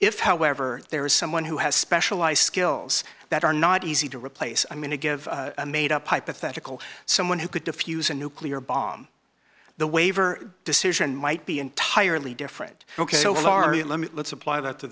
if however there is someone who has specialized skills that are not easy to replace i'm going to give a made up hypothetical someone who could defuse a nuclear bomb the waiver decision might be entirely different ok so laurie limit let's apply that to